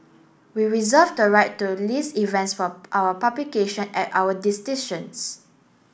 we reserve the right to list events for our publication at our